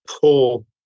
pull